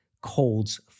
colds